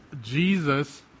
Jesus